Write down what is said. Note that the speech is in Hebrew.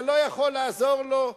אתה לא יכול לעזור לו,